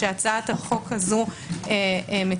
שהצעת החוק הזו מציעה,